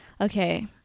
Okay